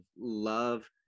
love